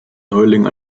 neuling